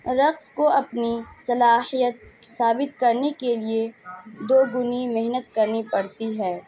رقص کو اپنی صلاحیت ثابت کرنے کے لیے دگنی محنت کرنی پڑتی ہے